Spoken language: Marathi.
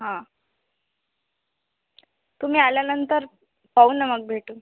हां तुम्ही आल्यानंतर पाहू ना मग भेटून